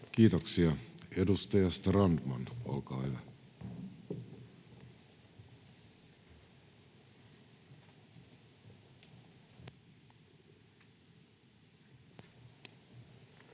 Kiitoksia. — Edustaja Strandman, olkaa hyvä. Arvoisa